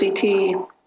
CT